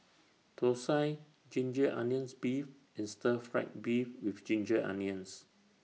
Thosai Ginger Onions Beef and Stir Fried Beef with Ginger Onions